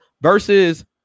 versus